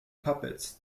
puppets